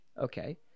Okay